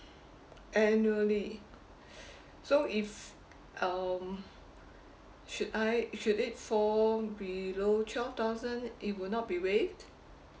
annually so if um should I should it fall below twelve thousand it will not not be waived